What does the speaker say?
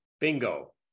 bingo